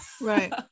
Right